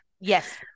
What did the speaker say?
Yes